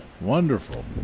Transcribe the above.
wonderful